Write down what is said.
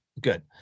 Good